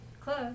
Close